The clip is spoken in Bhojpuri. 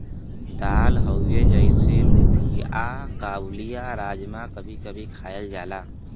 दाल हउवे जइसे लोबिआ काबुली, राजमा कभी कभी खायल जाला